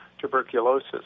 tuberculosis